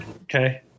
Okay